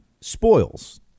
spoils